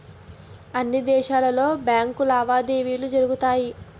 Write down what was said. అన్ని దేశాలలో బ్యాంకు లావాదేవీలు జరుగుతాయి